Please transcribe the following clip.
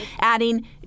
adding